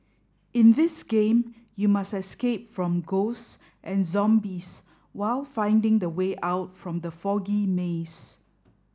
in this game you must escape from ghosts and zombies while finding the way out from the foggy maze